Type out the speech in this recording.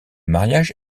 mariage